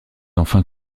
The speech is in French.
enfin